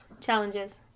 challenges